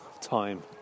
time